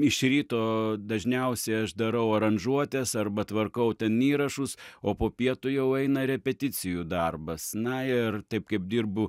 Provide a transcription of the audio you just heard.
iš ryto dažniausiai aš darau aranžuotes arba tvarkau ten įrašus o po pietų jau eina repeticijų darbas na ir taip kaip dirbu